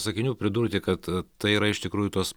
sakinių pridurti kad tai yra iš tikrųjų tos